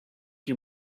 you